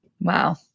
Wow